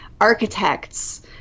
architects